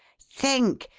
think!